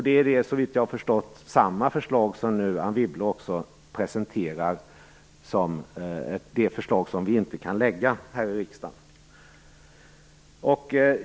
Det är såvitt jag förstått samma förslag Anne Wibble nu presenterar som det förslag vi inte kan lägga fram här i riksdagen.